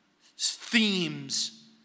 themes